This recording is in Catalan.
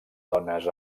dones